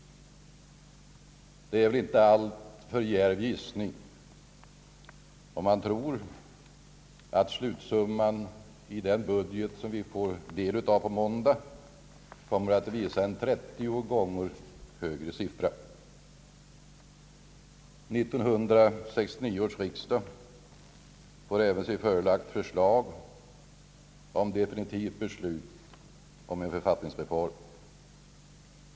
Det är en inte alltför djärv gissning att tro att slutsumman i den budget som vi får del av på måndag kommer att uppgå till ett trettio gånger högre belopp. 1969 års riksdag får även sig förelagd förslag om definitivt beslut om en författningsreform.